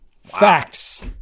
Facts